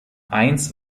waren